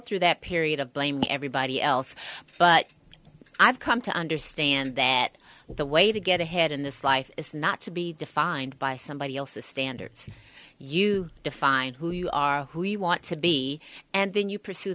through that period of blaming everybody else but i've come to understand that the way to get ahead in this life is not to be defined by somebody else's standards you define who you are who you want to be and then you pursue